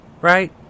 right